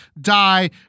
die